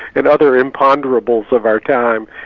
another imponderable of our time.